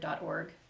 .org